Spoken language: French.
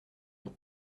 huit